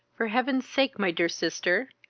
for heaven's sake, my dear sister,